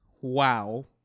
wow